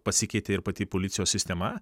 pasikeitė ir pati policijos sistema